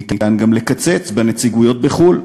ניתן גם לקצץ בנציגויות בחו"ל.